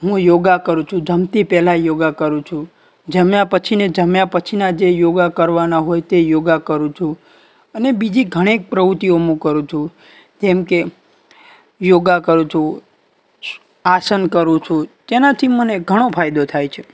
હું યોગા કરું છું જમતી પહેલાં યોગા કરું છું જમ્યા પછી ને જમ્યા પછીના જે યોગા કરવાના હોય તે યોગા કરું છું અને બીજી ઘણી એક પ્રવૃતિઓ હું કરું છું જેમ કે યોગા કરું છું આસન કરું છું તેનાથી મને ઘણો ફાયદો થાય છે